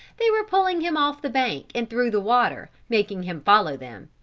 they were pulling him off the bank and through the water, making him follow them.